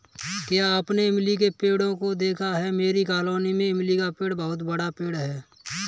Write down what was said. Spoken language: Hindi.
क्या आपने इमली के पेड़ों को देखा है मेरी कॉलोनी में इमली का बहुत बड़ा पेड़ है